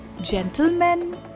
gentlemen